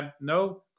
no